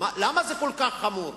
למה זה כל כך חמור?